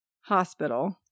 hospital